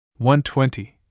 120